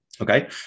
Okay